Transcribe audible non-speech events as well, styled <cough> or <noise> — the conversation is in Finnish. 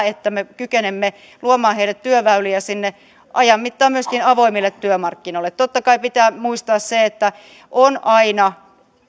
<unintelligible> että me kykenemme luomaan heille työväyliä sinne ajan mittaan myöskin avoimille työmarkkinoille totta kai pitää muistaa se että on aina